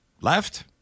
Left